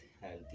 healthy